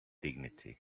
dignity